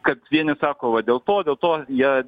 kad vieni sako va dėl to dėl to jie